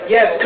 Yes